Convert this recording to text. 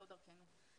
לא דרכנו.